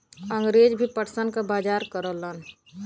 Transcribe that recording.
अंगरेज भी पटसन क बजार करलन